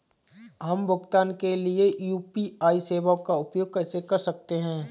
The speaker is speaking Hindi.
हम भुगतान के लिए यू.पी.आई सेवाओं का उपयोग कैसे कर सकते हैं?